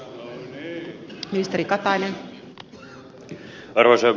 arvoisa rouva puhemies